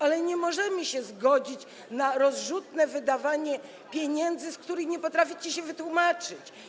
Ale nie możemy się zgodzić na rozrzutne wydawanie pieniędzy, z których nie potraficie się wytłumaczyć.